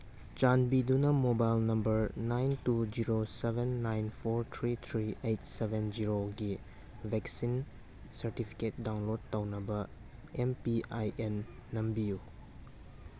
ꯆꯥꯟꯕꯤꯗꯨꯅ mobile number nine two zero seven nine four three three eight seven ꯖꯤꯔꯣꯒꯤ vaccine certificate download ꯇꯧꯅꯕ M P I N ꯅꯝꯕꯤꯌꯨ